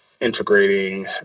integrating